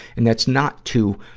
and that's not to,